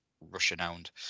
Russian-owned